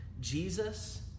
Jesus